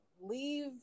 leave